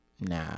nah